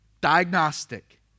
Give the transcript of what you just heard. diagnostic